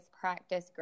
practice